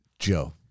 Joe